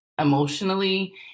emotionally